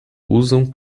usam